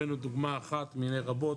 הבאנו דוגמה אחת מני רבות,